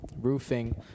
roofing